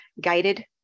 guided